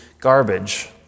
garbage